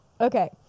okay